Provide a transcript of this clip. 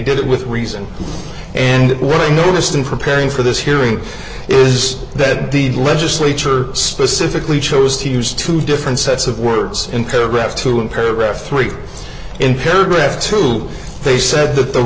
did it with reason and it was a noticed in preparing for this hearing is that the legislature specifically chose to use two different sets of words in correct two and paragraph three in paragraph two they said that the